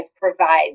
provide